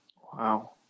wow